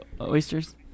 oysters